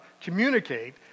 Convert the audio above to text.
communicate